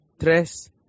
tres